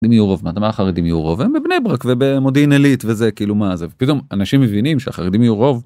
יהיו רוב. מה החרדים יהיו רוב? הם בבני ברק ובמודיעין עלית וזה. כאילו מה זה פתאום אנשים מבינים שהחרדים יהיו רוב.